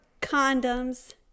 condoms